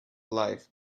life